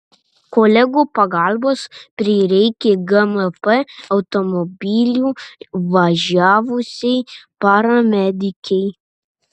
kolegų pagalbos prireikė gmp automobiliu važiavusiai paramedikei